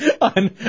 on